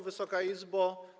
Wysoka Izbo!